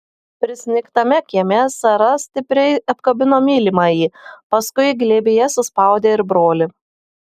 prisnigtame kieme sara stipriai apkabino mylimąjį paskui glėbyje suspaudė ir brolį